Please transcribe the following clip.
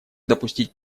допустить